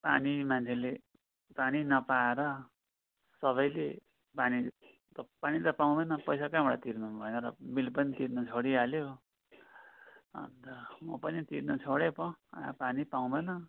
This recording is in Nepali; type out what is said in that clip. पानी मान्छेले पानी नपाएर सबैले पानी पानी त पाउँदैन पैसा कहाँबाट तिर्नु भनेर बिल पनि तिर्न छेडिहाल्यो अन्त म पनि तिर्न छोडे पो आ पानी त पाउँदैन